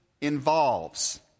involves